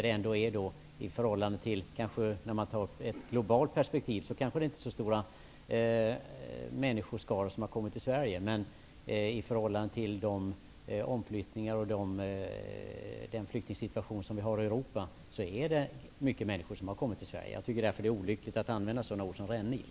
Sett i ett globalt perspektiv kanske det inte är så stora människoskaror som har kommit till Sverige. Men i förhållande till de omflyttningar som skett och den flyktingsituation som vi har i Europa är det många människor som har kommit till Sverige. Det är därför olyckligt att använda ett sådant ord som rännil.